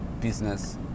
business